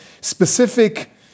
specific